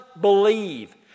believe